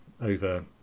over